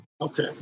Okay